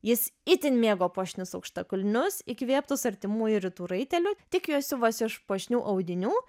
jis itin mėgo puošnius aukštakulnius įkvėptus artimųjų rytų raitelių tik juos siuvosi iš puošnių audinių